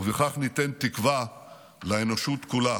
ובכך ניתן תקווה לאנושות כולה,